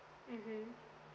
mmhmm